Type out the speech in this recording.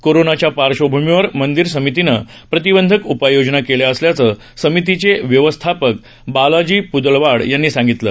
कोरोनाच्या पार्श्वभूमीवर मंदिर समितीनं प्रतिबंधक उपाययोजना केल्या असल्याचं समितीचे व्यवस्थापक बालाजी प्दलवाड यांनी सांगितलं